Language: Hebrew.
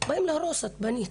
באים להרוס את זה מיד.